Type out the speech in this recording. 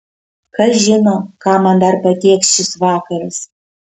kas žino ką man dar patėkš šis vakaras